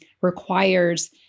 requires